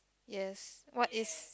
yes what is